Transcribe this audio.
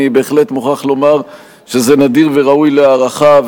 אני בהחלט מוכרח לומר שזה נדיר וראוי להערכה,